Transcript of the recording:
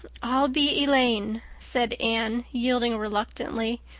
i'll be elaine, said anne, yielding reluctantly,